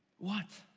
what?